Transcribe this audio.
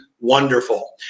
wonderful